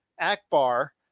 Akbar